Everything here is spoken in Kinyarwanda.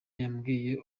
yamwise